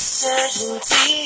certainty